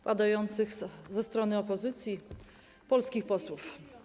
padających ze strony opozycji, polskich posłów.